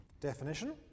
Definition